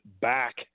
back